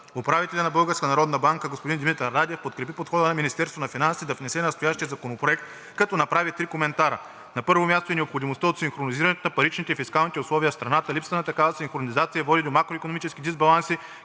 Управителят на Българската народна банка Димитър Радев подкрепи подхода на Министерството на финансите да внесе настоящия законопроект, като направи три коментара: На първо място, е необходимостта от синхронизирането на паричните и фискалните условия в страната. Липсата на такава синхронизация води до макроикономически дисбаланси,